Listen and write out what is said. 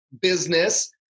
business